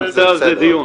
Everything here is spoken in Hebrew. נעשה על זה דיון.